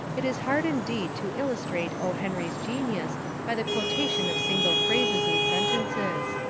it is hard indeed to illustrate o. henry's genius by the quotation of single phrases and sentences.